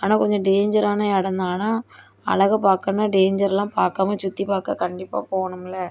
ஆனால் கொஞ்சம் டேஞ்சரான இடம் தான் ஆனால் அழக பாக்கணும்னா டேஞ்சர்லாம் பாக்காமல் சுற்றிப் பார்க்க கண்டிப்பாக போகணும்ல